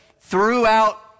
throughout